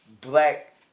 black